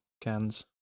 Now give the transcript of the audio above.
cans